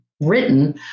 written